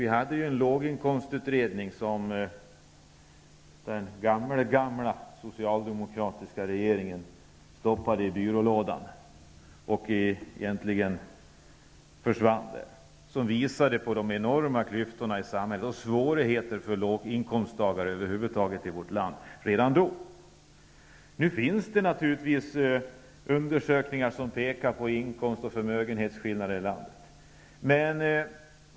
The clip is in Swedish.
Vi hade en låginkomstutredning, som den gamle-gamla socialdemokratiska regeringen stoppade i byrålådan -- egentligen försvann den där -- och som visade på de enorma klyftorna i samhället och svårigheterna för låginkomsttagare över huvud taget i vårt land redan då. Nu finns det naturligtvis undersökningar som pekar på inkomst och förmögenhetsskillnader i landet.